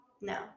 no